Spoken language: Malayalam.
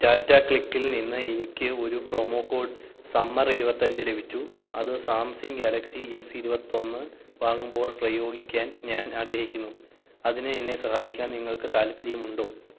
ടാറ്റ ക്ലിക്കിൽ നിന്ന് എനിക്ക് ഒരു പ്രൊമോ കോഡ് സമ്മർ ഇരുപത്തിയഞ്ച് ലഭിച്ചു അത് സാംസങ് ഗാലക്സി എസ് ഇരുപത്തിയൊന്ന് വാങ്ങുമ്പോൾ പ്രയോഗിക്കാൻ ഞാൻ ആഗ്രഹിക്കുന്നു അതിന് എന്നെ സഹായിക്കാൻ നിങ്ങൾക്ക് താൽപ്പര്യമുണ്ടോ